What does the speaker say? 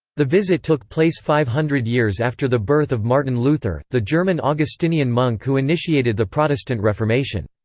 the visit took place five hundred years after the birth of martin luther, the german augustinian monk who initiated the protestant reformation.